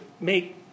make